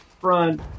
front